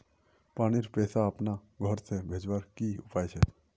पानीर पैसा अपना घोर से भेजवार की उपाय छे?